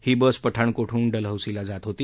ही bus पठाणकोटहून डलहौसीला जात होती